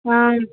हाँ